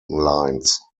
lines